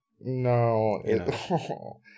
No